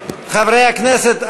חברי הכנסת,